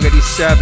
87